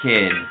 Kid